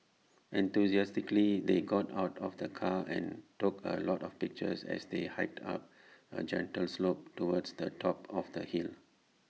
enthusiastically they got out of the car and took A lot of pictures as they hiked up A gentle slope towards the top of the hill